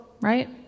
right